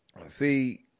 See